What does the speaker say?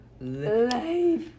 Life